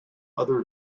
other